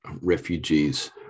refugees